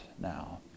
now